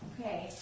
Okay